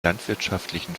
landwirtschaftlichen